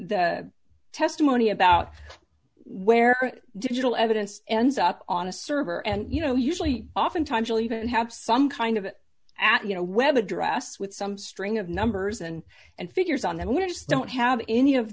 the testimony about where digital evidence ends up on a server and you know usually oftentimes you'll even have some kind of at you know web address with some string of numbers and and figures on them we just don't have any of